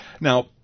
Now